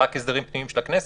אלה רק הסדרים פנימיים של הכנסת?